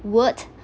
word